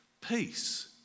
peace